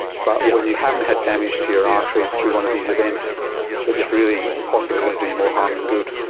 but when you haven't had damage to your arteries through one of these events it's really possible they are going to do you more harm than good.